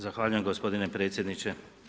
Zahvaljujem gospodine predsjedniče.